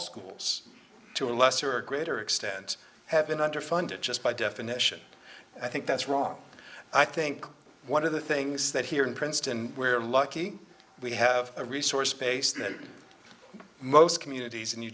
schools to a lesser or greater extent have been underfunded just by definition i think that's wrong i think one of the things that here in princeton we're lucky we have a resource base then most communities in new